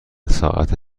ساعت